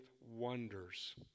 wonders